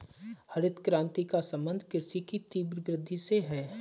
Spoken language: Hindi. हरित क्रान्ति का सम्बन्ध कृषि की तीव्र वृद्धि से है